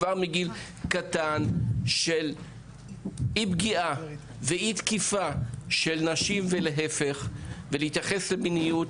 כבר מגיל קטן של אי פגיעה ואי תקיפה של נשים ולהיפך ולהתייחס למיניות